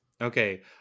okay